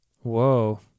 Whoa